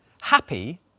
Happy